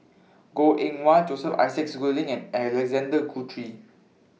Goh Eng Wah Joseph Isaac Schooling and Alexander Guthrie